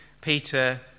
Peter